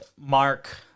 Mark